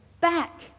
back